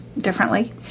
differently